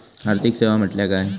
आर्थिक सेवा म्हटल्या काय?